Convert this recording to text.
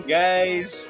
guys